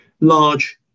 large